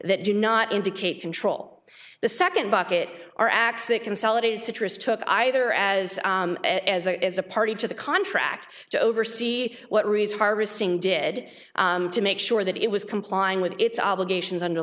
that do not indicate control the second bucket are x a consolidated citrus took either as as a as a party to the contract to oversee what reason harvesting did to make sure that it was complying with its obligations under